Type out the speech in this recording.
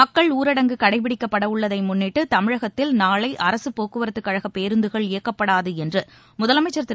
மக்கள் ஊரடங்கு கடைபிடிக்கப்படவுள்ளதை முன்னிட்டு தமிழகத்தில் நாளை அரசு போக்குவரத்துக் கழக பேருந்துகள் இயக்கப்படாது என்று முதலமைச்சர் திரு